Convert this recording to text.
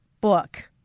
book